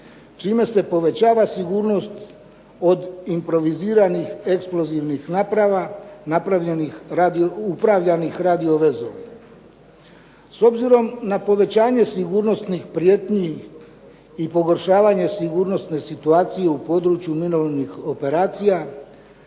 čime se povećava sigurnost od improviziranih eksplozivnih naprava upravljanih radio vezom. S obzirom na povećanje sigurnosnih prijetnji i pogoršavanje sigurnosne situacije u području mirovnih operacija